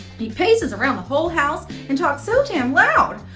he paces around the whole house and talk so damn loud.